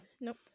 Nope